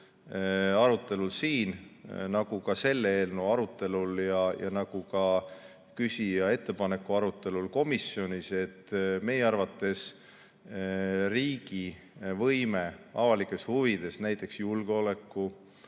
arutelul, nagu ka selle eelnõu arutelul ja nagu ka küsija ettepaneku arutelul komisjonis, et meie arvates võiks riigi võime avalikes huvides, näiteks